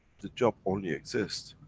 the job only exist,